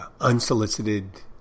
unsolicited